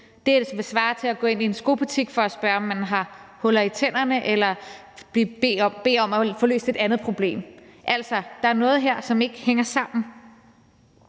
siger, til at gå ind i en skobutik for at spørge, om man har huller i tænderne, eller bede om at få løst et andet problem. Altså, der er noget her, som ikke hænger sammen.